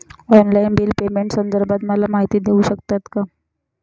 Online bill पेमेंटसंदर्भात मला माहिती देऊ शकतात का?